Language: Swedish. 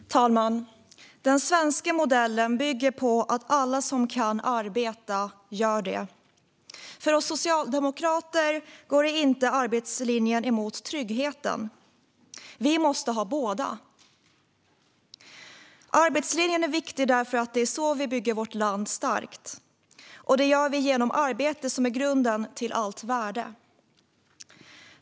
Fru talman! Den svenska modellen bygger på att alla som kan arbeta gör det. För oss socialdemokrater står arbetslinjen inte mot tryggheten. Vi måste ha båda. Arbetslinjen är viktig därför att det är så vi bygger vårt land starkt. Det gör vi genom arbete, som är grunden till allt värde.